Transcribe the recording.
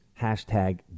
Hashtag